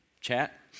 chat